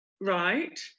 Right